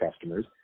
customers